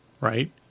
right